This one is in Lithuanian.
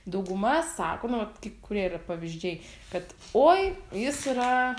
dauguma sako nu vat kai kurie yra pavyzdžiai kad oi jis yra